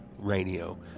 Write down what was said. Radio